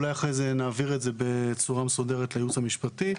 אולי נעביר את זה אחר כך בצורה מסודרת לייעוץ המשפטי.